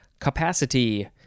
Capacity